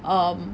um